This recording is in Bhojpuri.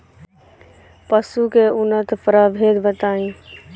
पशु के उन्नत प्रभेद बताई?